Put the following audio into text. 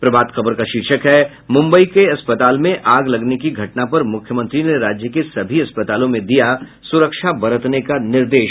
प्रभात खबर का शीर्षक है मुम्बई की अस्पताल में आग लगने की घटना पर मुख्यमंत्री ने राज्य के सभी अस्पतालों में दिया सुरक्षा बरतने का निर्देश